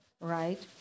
right